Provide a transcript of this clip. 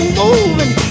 moving